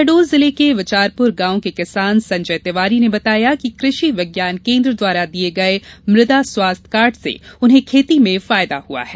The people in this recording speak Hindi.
शहडोल जिले के विचारपुर गांव के किसान संजय तिवारी ने बताया कि कृषि विज्ञान केंद्र द्वारा दिये गये मृदा स्वास्थ्य कार्ड से उन्हें खेती में फायदा हुआ है